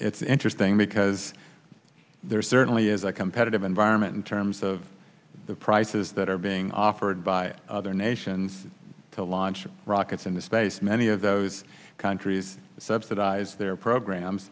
it's interesting because there certainly is a competitive environment in terms of the prices that are being offered by other nations to launch rockets into space many of those countries subsidize the programs